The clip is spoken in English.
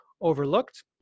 overlooked